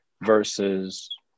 versus